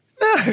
no